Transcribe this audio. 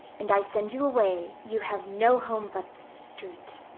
and i send you away, you have no home but the street.